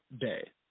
Day